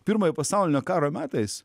pirmojo pasaulinio karo metais